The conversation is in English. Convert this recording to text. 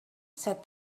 said